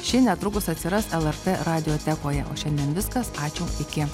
ši netrukus atsiras lrt radiotekoje o šiandien viskas ačiū iki